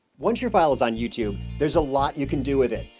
once your file is on youtube there's a lot you can do with it.